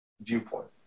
viewpoint